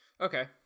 Okay